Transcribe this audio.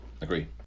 Agree